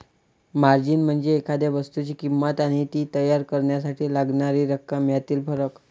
margin म्हणजे एखाद्या वस्तूची किंमत आणि ती तयार करण्यासाठी लागणारी रक्कम यातील फरक